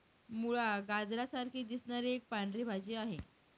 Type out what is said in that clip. मुळा, गाजरा सारखी दिसणारी एक पांढरी भाजी आहे